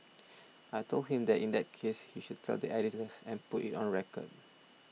I told him that in that case he should tell the editors and put it on record